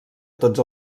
tots